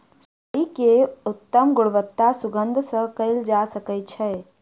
सुपाड़ी के उत्तम गुणवत्ता सुगंध सॅ कयल जा सकै छै